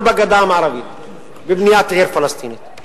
בגדה המערבית בבניית עיר פלסטינית.